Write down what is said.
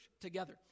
together